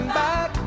back